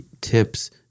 tips